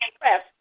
press